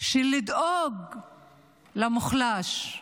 של לדאוג למוחלש,